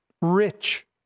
rich